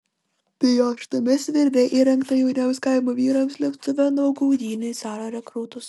tai jo šitame svirne įrengta jauniems kaimo vyrams slėptuvė nuo gaudynių į caro rekrūtus